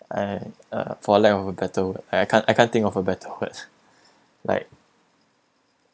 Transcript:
and uh for lack of a better word I can't I can't think of a better word like